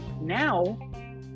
now